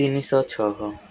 ତିନିଶହ ଛଅ